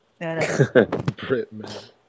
Britman